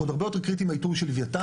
עוד הרבה יותר קריטי מהאיתור של לוויתן.